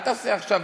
אל תעשה עכשיו,